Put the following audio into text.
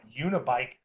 unibike